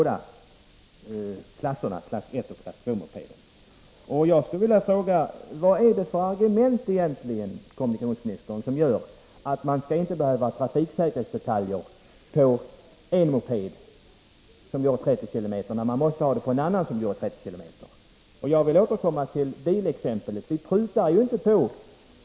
Detta gäller alltså både klass I och klass II-mopederna. annan moped som går med samma hastighet? Jag vill återkomma till exemplet med bilar, där vi ju inte prutar på kraven.